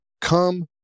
Come